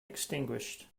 extinguished